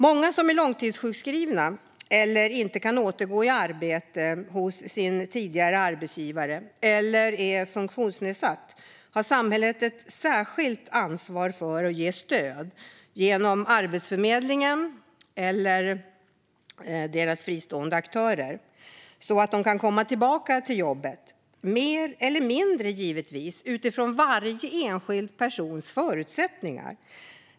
Många som är långtidssjukskrivna eller inte kan återgå i arbete hos sin tidigare arbetsgivare, eller är funktionsnedsatta, har samhället ett särskilt ansvar för att ge stöd genom Arbetsförmedlingen eller dess fristående aktörer så att de kan komma tillbaka till jobbet - mer eller mindre, givetvis, utifrån varje enskild persons förutsättningar.